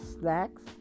snacks